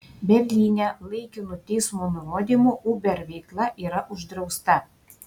berlyne laikinu teismo nurodymu uber veikla yra uždrausta